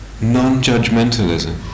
Non-judgmentalism